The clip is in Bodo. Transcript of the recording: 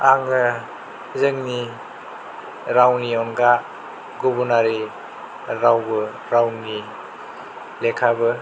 आङो जोंनि रावनि अनगा गुबुन हारि रावबो रावनि लेखाबो